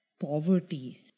poverty